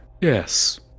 Yes